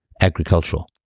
agricultural